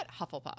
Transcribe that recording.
Hufflepuff